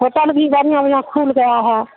hotel भी बढिया बढिया खुल गया है